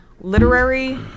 literary